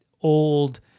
old